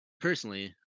personally